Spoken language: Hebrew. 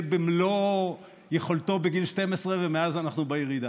במלוא יכולתו בגיל 12 ומאז אנחנו בירידה.